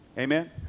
Amen